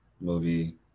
movie